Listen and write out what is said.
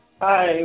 Hi